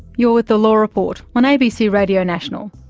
you're with the law report on abc radio national.